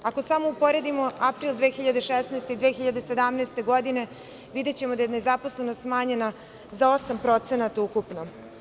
Ako samo uporedimo april 2016. i 2017. godine, videćemo da je nezaposlenost smanjena za 8% ukupno.